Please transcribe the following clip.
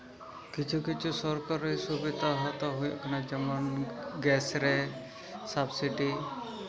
ᱠᱤᱪᱷᱩ ᱠᱤᱪᱷᱩ ᱥᱚᱨᱠᱟᱨᱤ ᱥᱩᱵᱤᱫᱷᱟ ᱦᱚᱭᱛᱳ ᱦᱩᱭᱩᱜᱠᱟᱱᱟ ᱡᱮᱢᱚᱱ ᱜᱮᱥ ᱨᱮ ᱥᱟᱵ ᱥᱤᱴᱤ